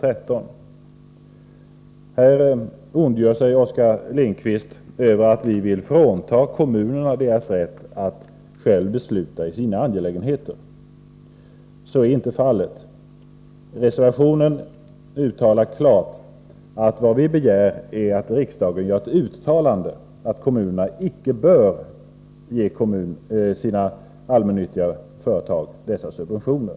På denna punkt ondgör sig Oskar Lindkvist över att vi vill frånta kommunerna rätten att själva besluta i sina angelägenheter. Så är inte fallet. I reservationen anges klart att det vi begär är att riksdagen skall göra ett uttalande att kommunerna inte bör ge sina allmännyttiga företag dessa subventioner.